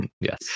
yes